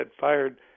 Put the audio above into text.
fired